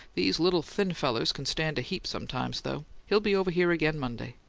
these little thin fellers can stand a heap sometimes, though. he'll be over here again monday.